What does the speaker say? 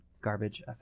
garbage